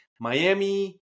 Miami